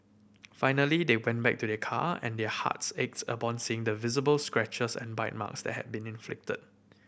finally they went back to their car and their hearts aches upon seeing the visible scratches and bite marks that had been inflicted